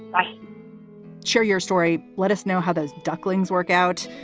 i share your story let us know how those ducklings work out.